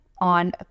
on